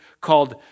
called